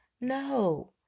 No